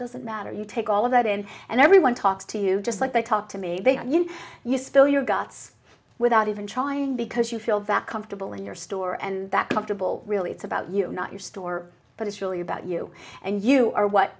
doesn't matter you take all of that in and everyone talks to you just like they talk to me you spoil your guts without even trying because you feel that comfortable in your store and that comfortable really it's about you not your store but it's really about you and you are